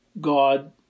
God